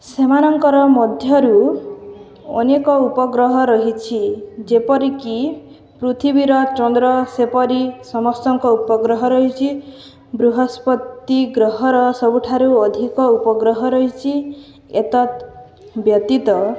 ସେମାନଙ୍କର ମଧ୍ୟରୁ ଅନେକ ଉପଗ୍ରହ ରହିଛି ଯେପରିକି ପୃଥିବୀର ଚନ୍ଦ୍ର ସେପରି ସମସ୍ତଙ୍କ ଉପଗ୍ରହ ରହିଛି ବୃହସ୍ପତି ଗ୍ରହର ସବୁଠାରୁ ଅଧିକ ଉପଗ୍ରହ ରହିଛି ଏତଦ୍ ବ୍ୟତୀତ